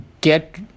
get